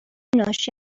ناشی